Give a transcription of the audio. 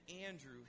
Andrew